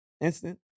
instant